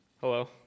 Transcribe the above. Hello